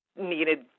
needed